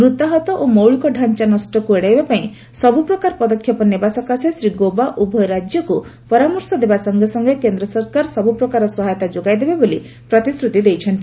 ମୃତାହତ ଓ ମୌଳିକ ଢାଞ୍ଚା ନଷ୍ଟକୁ ଏଡାଇବା ପାଇଁ ସବୁ ପ୍ରକାର ପଦକ୍ଷେପ ନେବା ସକାଶେ ଶ୍ରୀ ଗୌବା ଉଭୟ ରାଜ୍ୟକୁ ପରାମର୍ଶ ଦେବା ସଙ୍ଗେ ସଙ୍ଗେ କେନ୍ଦ୍ରସରକାର ସବୁ ପ୍ରକାର ସହାୟତା ଯୋଗାଇଦେବେ ବୋଲି ପ୍ରତିଶ୍ରତି ଦେଇଛନ୍ତି